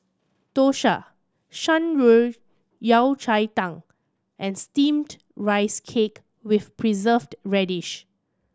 Dosa Shan Rui Yao Cai Tang and Steamed Rice Cake with Preserved Radish